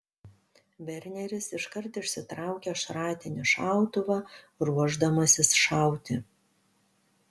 verneris iškart išsitraukia šratinį šautuvą ruošdamasis šauti